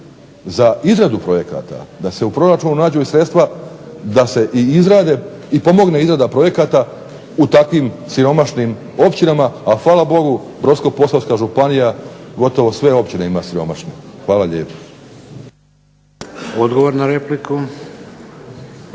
za izradu projekata da se u proračunu nađu i sredstva da se i izrade i pomogne izrada projekata u takvim siromašnim općinama. A hvala Bogu Brodsko-posavska županija gotovo sve općine ima siromašne. Hvala lijepo. **Šeks,